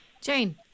Jane